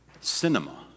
cinema